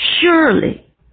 Surely